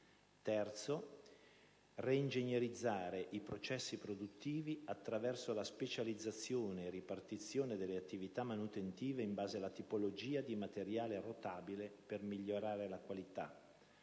settore; reingegnerizzare i processi produttivi attraverso la specializzazione e ripartizione delle attività manutentive in base alla tipologia di materiale rotabile per migliorare la qualità;